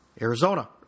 Arizona